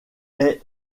est